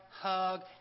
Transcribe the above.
hug